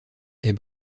est